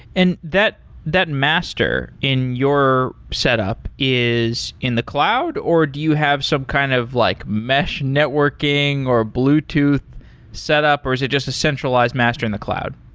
and that that master in your setup is in the cloud or do you have some kind of like mesh networking or bluetooth setup or is it just a centralized master in the cloud?